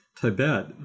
Tibet